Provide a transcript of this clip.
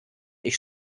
ich